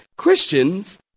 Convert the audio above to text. Christians